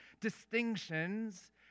distinctions